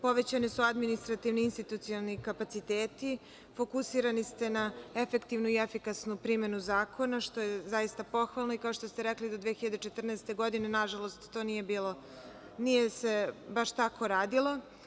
Povećani su administrativno-institucioni kapaciteti, fokusirani ste na efektivnu i efikasnu primenu zakona, što je zaista pohvalno, i kao što ste rekli do 2014. godine nažalost to se nije baš tako radilo.